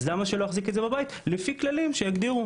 אז למה שלא יחזיק את זה בבית לפי כללים שיגדירו?